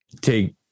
take